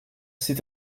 c’est